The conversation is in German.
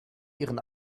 ihren